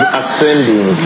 ascending